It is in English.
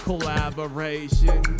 Collaboration